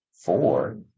Four